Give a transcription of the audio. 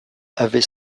avait